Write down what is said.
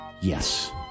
Yes